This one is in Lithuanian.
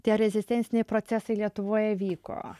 tie rezistenciniai procesai lietuvoj jie vyko